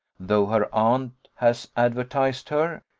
though her aunt has advertised her,